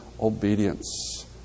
obedience